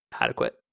adequate